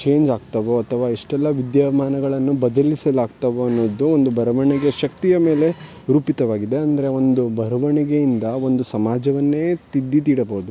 change ಆಗ್ತವೋ ಅಥವಾ ಎಷ್ಟೆಲ್ಲ ವಿದ್ಯಮಾನಗಳನ್ನು ಬದಲಿಸಲಾಗ್ತವೋ ಅನ್ನೋದು ಒಂದು ಬರವಣಿಗೆ ಶಕ್ತಿಯ ಮೇಲೆ ರೂಪಿತವಾಗಿದೆ ಅಂದರೆ ಒಂದು ಬರವಣಿಗೆಯಿಂದ ಒಂದು ಸಮಾಜವನ್ನೇ ತಿದ್ದಿ ತೀಡಬೌದು